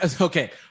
okay